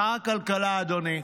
שר הכלכלה, אדוני,